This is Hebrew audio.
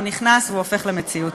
הוא נכנס והוא הופך למציאות.